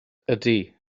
ydy